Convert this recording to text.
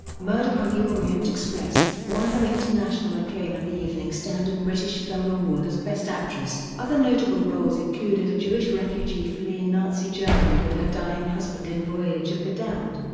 murder on the orient express, won her international acclaim and the evening standard british film award as best actress. other notable roles included a jewish refugee fleeing nazi germany with her dying husband in voyage of the damned,